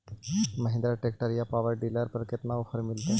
Mahindra tractor या power dealer पर कितना ओफर मीलेतय?